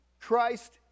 Christ